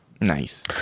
Nice